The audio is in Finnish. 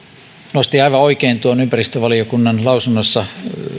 nosti aivan oikein tuon ympäristövaliokunnan lausunnossa